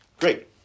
Great